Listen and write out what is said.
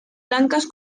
blancas